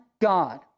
God